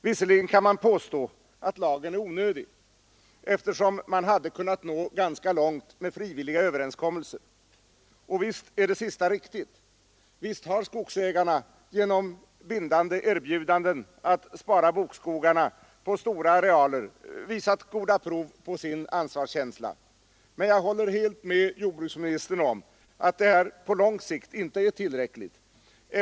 Visserligen kan man påstå att lagen är onödig, eftersom man hade kunnat nå ganska långt med frivilliga överenskommelser. Och visst är det sista riktigt, visst har skogsägarna genom bindande erbjudanden att spara bokskogarna på stora arealer visat goda prov på sin ansvarskänsla, men jag håller med jordbruksministern om att detta på lång sikt inte är tillräckligt.